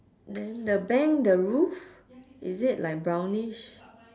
then the bank the roof is it like brownish